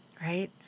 right